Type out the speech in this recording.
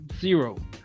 zero